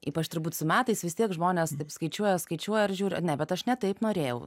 ypač turbūt su metais vis tiek žmonės taip skaičiuoja skaičiuoja ar žiūri ne bet aš ne taip norėjau